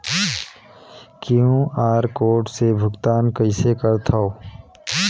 QR code से भुगतान कइसे करथव?